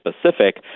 specific